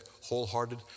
wholehearted